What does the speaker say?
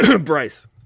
Bryce